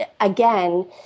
again